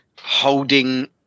holding